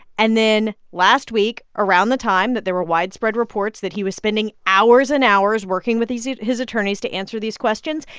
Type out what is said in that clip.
and then last week, around the time that there were widespread reports that he was spending hours and hours working with his attorneys to answer these questions,